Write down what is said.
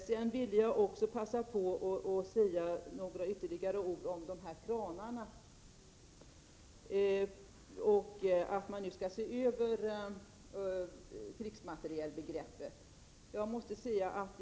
Jag vill också passa på att säga ytterligare några ord om kranarna och att man nu skall se över krigsmaterielbegreppet.